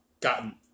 gotten